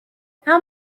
how